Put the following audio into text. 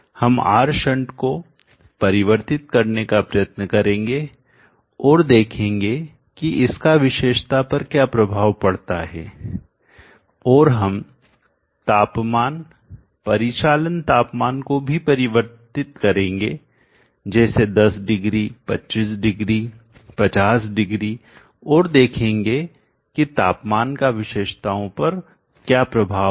हम R shunt को परिवर्तित करने का प्रयत्न करेंगे और देखेंगे कि इसका विशेषता पर क्या प्रभाव पड़ता हैऔर हम तापमान परिचालन तापमान को भी परिवर्तित करेंगे जैसे 10 डिग्री 25 डिग्री 50 डिग्री और देखेंगे की तापमान का विशेषताओं पर क्या प्रभाव है